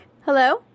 Hello